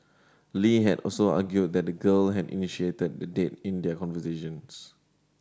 Lee had also argued that the girl had initiated the date in their conversations